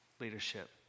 leadership